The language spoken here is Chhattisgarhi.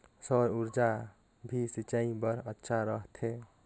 सौर ऊर्जा भी सिंचाई बर अच्छा रहथे?